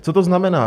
Co to znamená?